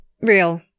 real